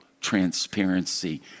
transparency